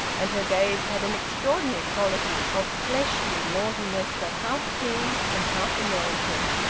and her gaze had an extraordinary quality of fleshly naughtiness that half pleased and half annoyed him.